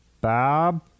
Bob